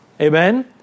Amen